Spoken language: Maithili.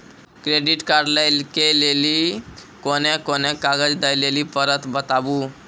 क्रेडिट कार्ड लै के लेली कोने कोने कागज दे लेली पड़त बताबू?